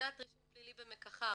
קצינת רישום פלילי במקח"ר